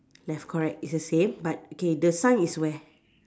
left correct it's the same but okay the sign is where